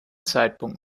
zeitpunkt